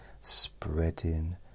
spreading